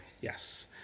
Yes